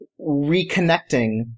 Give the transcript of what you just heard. reconnecting